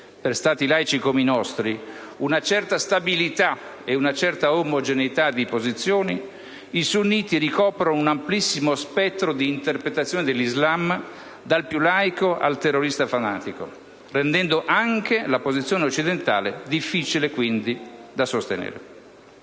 per Stati laici come i nostri, una certa stabilità e una certa omogeneità di posizioni, i sunniti ricoprono un amplissimo spettro di interpretazione dell'Islam, dal più laico al terrorista fanatico, rendendo anche la posizione occidentale difficile da sostenere.